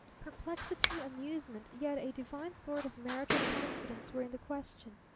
perplexity, amusement, yet a divine sort of marital confidence were in the question.